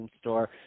Store